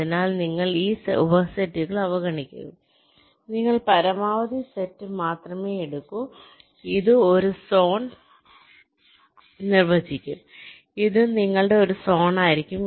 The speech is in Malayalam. അതിനാൽ നിങ്ങൾ ഈ ഉപസെറ്റുകൾ അവഗണിക്കുന്നു നിങ്ങൾ പരമാവധി സെറ്റ് മാത്രമേ എടുക്കൂ ഇത് ഒരു സോൺ നിർവ്വചിക്കും ഇത് നിങ്ങളുടെ ഒരു സോൺ ആയിരിക്കും